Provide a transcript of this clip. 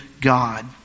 God